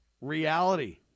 reality